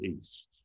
east